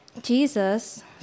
Jesus